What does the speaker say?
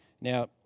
Now